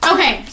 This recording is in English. Okay